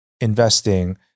investing